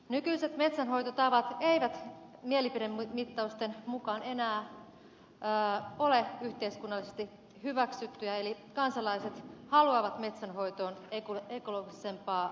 nykyiset metsänhoitotavat eivät mielipidemittausten mukaan enää ole yhteiskunnallisesti hyväksyttyjä eli kansalaiset haluavat metsänhoitoon ekologisempaa näkemystä